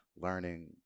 learning